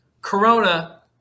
Corona